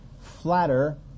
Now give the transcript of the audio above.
flatter